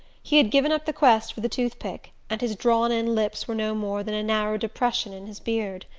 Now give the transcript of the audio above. he had given up the quest for the tooth-pick, and his drawn-in lips were no more than a narrow depression in his beard.